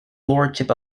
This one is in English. lordship